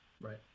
Right